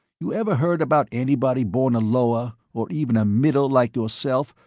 you ever heard about anybody born a lower, or even a middle like yourself,